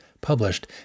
published